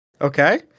okay